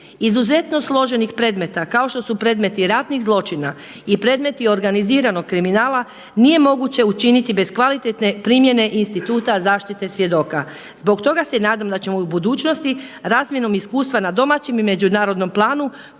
izuzetno složenih predmeta kao što su predmeti ratnih zločina i predmeti organiziranog kriminala nije moguće učiniti bez kvalitetne primjene i instituta zaštite svjedoka. Zbog toga se nadam da ćemo u budućnosti razmjenom iskustva na domaćem i međunarodnom planu